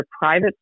private